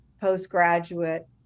postgraduate